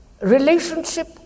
relationship